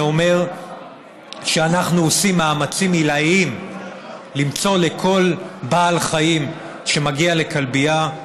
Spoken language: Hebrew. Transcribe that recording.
זה אומר שאנחנו עושים מאמצים עילאיים למצוא לכל בעל חיים שמגיע לכלבייה,